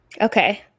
Okay